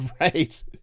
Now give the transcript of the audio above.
right